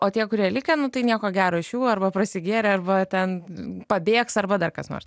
o tie kurie likę nu tai nieko gero iš jų arba prasigėrę arba ten pabėgs arba dar kas nors